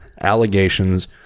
allegations